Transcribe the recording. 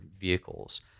vehicles